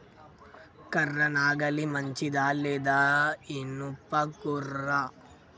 కర్ర నాగలి మంచిదా లేదా? ఇనుప గొర్ర?